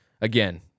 again